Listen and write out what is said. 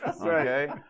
okay